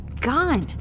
gone